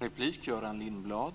Herr